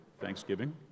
Thanksgiving